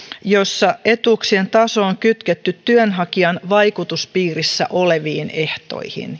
joissa etuuksien taso on kytketty työnhakijan vaikutuspiirissä oleviin ehtoihin